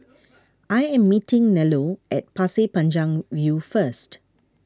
I am meeting Nello at Pasir Panjang View first